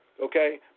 Okay